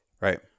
Right